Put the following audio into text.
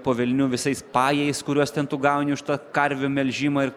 po velnių visais pajais kuriuos ten tu gauni už tą karvių melžimą ir